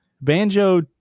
Banjo